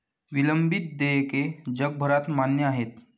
विलंबित देयके जगभरात मान्य आहेत